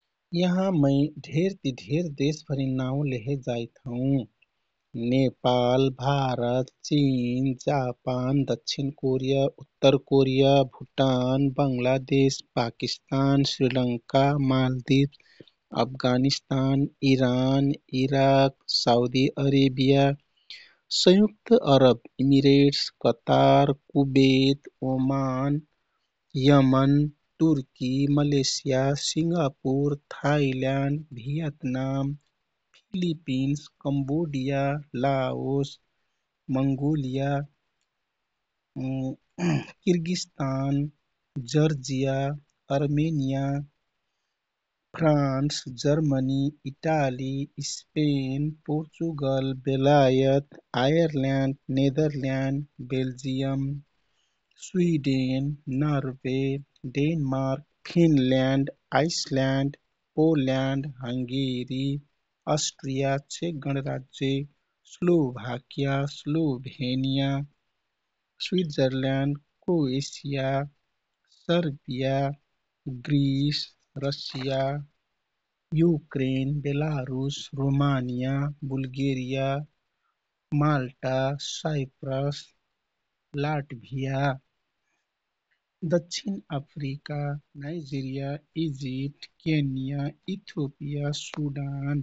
यहाँ मै ढेर ति ढेर देश भरिन नाउ लेहे जाइत हौँ। नेपाल, भारत, चिन, जापान, दक्षिण कोरिया, उत्तर Korea, Bhutan, Bangladesh, Pakistan, Sri Lanka, Maldives, Afghanistan, Iran, Iraq, Saudi Arabia, संयुक्त Arab Emirates, Qatar, Kuwait, Oman, Yemen, Turkey, Malaysia, Singapore, Thailand, Vietnam, Philippines, Cambodia, Laos, Mongolia, Kyrgyzstan, Georgia, Armenia, France, Germany, Italy, Spain, Portugal, बेलायत, Ireland, Netherland, Belgium, Sweden, Norway, Denmark, Finland, Iceland, Poland, Hungary, Austria, चेक गणराज्य, Slovakia, Slovenia, Switzerland, Croatia, Serbia, Greece, Russia, Ukraine, Belarus, Romania, Bulgaria, Malta, Cyprus, Latvia, दक्षिण Africa, Nigeria, Egypt, Kenya, Ethiopia, Sudan.